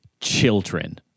children